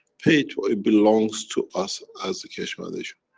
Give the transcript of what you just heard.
paid for. it belongs to us as a keshe foundation.